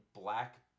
black